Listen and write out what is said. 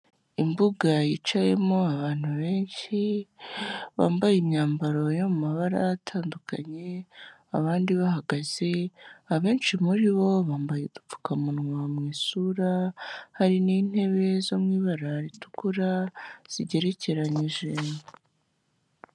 Imbuga yicayemo abantu benshi, bambaye imyambaro yo mu mabara atandukanye, abandi bahagaze, abenshi muri bo bambaye udupfukamunwa mu isura, hari n'intebe zo mu ibara ritukura, zigerekeranyije.